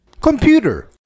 Computer